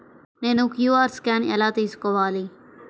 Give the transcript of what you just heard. నేను QR scan ఎలా తీసుకోవాలి?